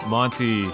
Monty